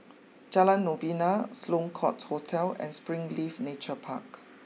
Jalan Novena Sloane court Hotel and Springleaf Nature Park